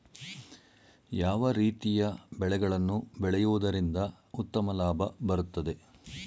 ಯಾವ ರೀತಿಯ ಬೆಳೆಗಳನ್ನು ಬೆಳೆಯುವುದರಿಂದ ಉತ್ತಮ ಲಾಭ ಬರುತ್ತದೆ?